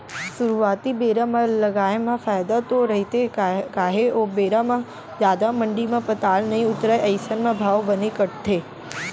सुरुवाती बेरा म लगाए म फायदा तो रहिथे काहे ओ बेरा म जादा मंडी म पताल नइ उतरय अइसन म भाव बने कटथे